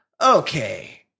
Okay